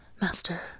master